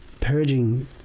purging